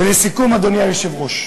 ולסיכום, אדוני היושב-ראש,